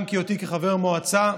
גם מהיותי חבר מועצה,